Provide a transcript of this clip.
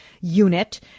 unit